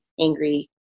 angry